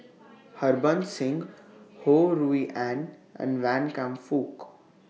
Harbans Singh Ho Rui An and Wan Kam Fook